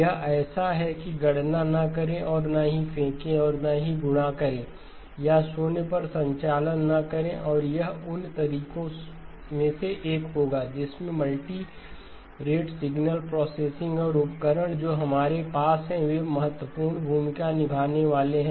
यह ऐसा है कि गणना न करें और न ही फेंकें और न ही गुणा करें या शून्य पर संचालन न करें और यह उन तरीकों में से एक होगा जिसमें मल्टीरेट सिग्नल प्रोसेसिंग और उपकरण जो हमारे पास हैं वे महत्वपूर्ण भूमिका निभाने वाले हैं